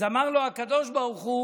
אז אמר לו הקדוש ברוך הוא: